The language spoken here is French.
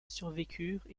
survécurent